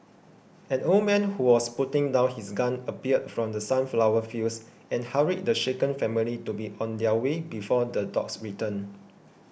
an old man who was putting down his gun appeared from the sunflower fields and hurried the shaken family to be on their way before the dogs return